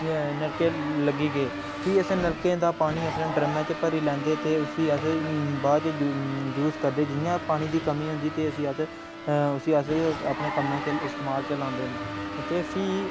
नलके लग्गी गे फ्ही असें नलके दा पानी अपने ड्रमें च भरी लैंदे ते उसी अस बाद च यू यूज करदे जि'यां पानी दी कमी होंदी ते उसी अस उसी अस अपने कम्मै च इस्तेमाल च लांदे न ते फ्ही